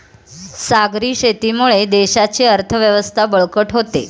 सागरी शेतीमुळे देशाची अर्थव्यवस्था बळकट होते